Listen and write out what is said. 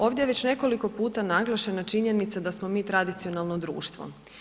Ovdje je već nekoliko puta naglašena činjenica da smo mi tradicionalno društvo.